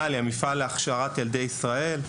מל"י המפעל להכשרת ילדי ישראל.